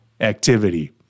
activity